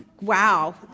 wow